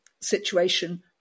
situation